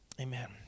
amen